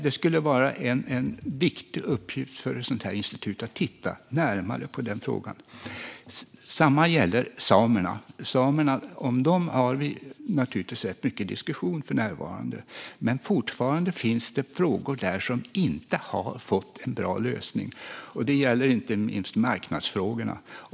Det skulle vara en viktig uppgift för ett sådant här institut att titta närmare på den frågan. Detsamma gäller samerna. Om dem har vi naturligtvis rätt mycket diskussion för närvarande, men det finns fortfarande frågor som inte har fått en bra lösning. Det gäller inte minst markfrågorna.